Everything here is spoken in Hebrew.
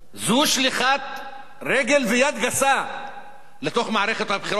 שליחת רגל ויד גסה לתוך מערכת הבחירות האמריקנית,